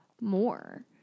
more